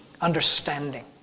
understanding